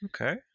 Okay